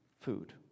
food